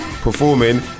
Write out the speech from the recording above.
performing